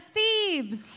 thieves